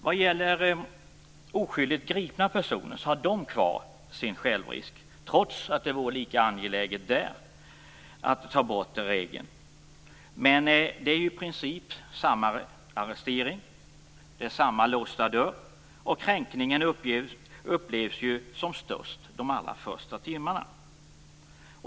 Vad gäller oskyldigt gripna personer har de kvar sin självrisk, trots att det vore lika angeläget där att ta bort regeln. Men det är ju i princip samma arrestering, samma låsta dörr, och kränkningen upplevs ju som störst de allra första timmarna.